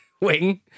wing